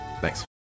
Thanks